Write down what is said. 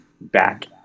back